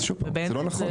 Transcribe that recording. אז שוב פעם, זה לא נכון.